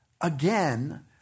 again